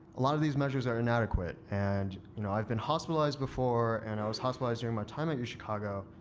a lot of these measures are inadequate. and you know i've been hospitalized hospitalized before. and i was hospitalized during my time at u chicago.